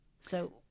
So-